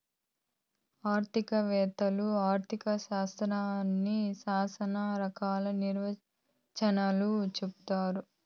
ఆర్థిక వేత్తలు ఆర్ధిక శాస్త్రాన్ని శ్యానా రకాల నిర్వచనాలు చెప్పారు